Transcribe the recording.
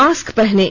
mask पहनें